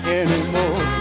anymore